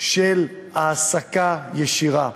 של העסקה ישירה,